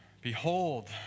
behold